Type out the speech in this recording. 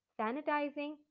sanitizing